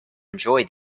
enjoy